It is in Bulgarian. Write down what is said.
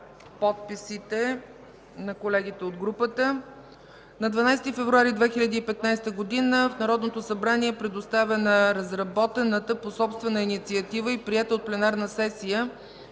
подписите на колегите от групата.